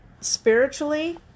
spiritually